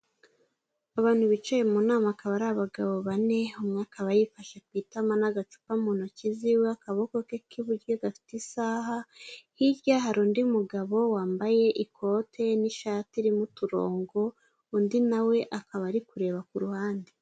Abantu bicaye mu nama akaba ari abagabo bane, umwe akaba yifashe ku itama n'agacupa mu ntoki ziwe, akaboko ke k'iburyo gafite isaha; hirya hari undi mugabo wambaye ikote n'ishati irimo uturongo, undi na we akaba ari kureba ku ruhande.